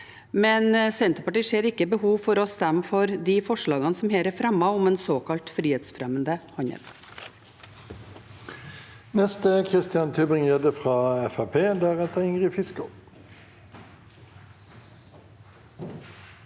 Men Senterpartiet ser ikke behov for å stemme for de forslagene som her er fremmet om en såkalt frihetsfremmende handel.